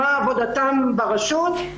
מה עבודתן ברשות.